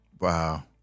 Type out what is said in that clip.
Wow